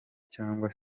cyangwa